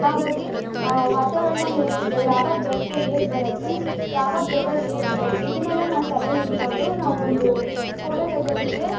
ಹಾಗಾಗಿ ವಾತಾವರಣ ಹೇಗಿದೆ ಯಾವಾಗ ಬೆಳಕು ಹೇಗೆ ಬರುತ್ತೆ ಯಾವಾಗ ವೆದರ್ ಹೇಗಿದೆ ಇದನ್ನೆಲ್ಲ ನಾವು ತಲೆಲಿಟ್ಕೊಂಡು ನಾವು ಒಂದು ಫೋಟೊ ತೆಗಿಯೋದಕ್ಕೆ